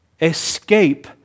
escape